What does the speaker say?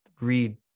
read